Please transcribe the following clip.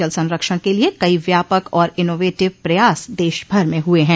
जल संरक्षण के लिये कई व्यापक और इनोवटिव प्रयास देशभर में हुए है